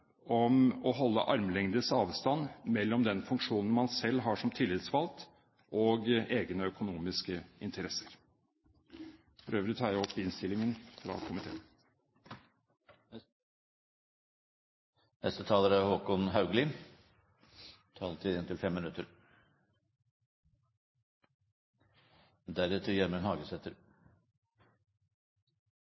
om å holde en armlengdes avstand mellom den funksjonen man selv har som tillitsvalgt og egne økonomiske interesser. For øvrig anbefaler jeg innstillingen fra komiteen.